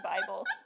Bible